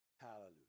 Hallelujah